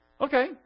Okay